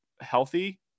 healthy